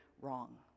wrong